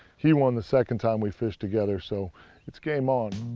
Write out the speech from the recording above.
he won the second time we fished together. so it's game on.